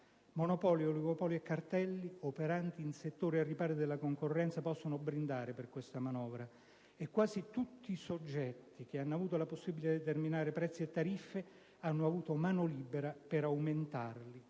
Monopoli, oligopoli e cartelli operanti in settori al riparo della concorrenza possono brindare per questa manovra e quasi tutti i soggetti che hanno avuto la possibilità di determinare prezzi e tariffe hanno avuto mano libera per aumentarli,